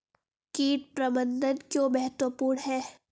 कीट प्रबंधन क्यों महत्वपूर्ण है?